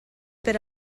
per